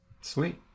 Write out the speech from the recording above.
Sweet